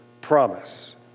promise